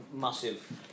massive